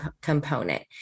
component